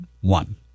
one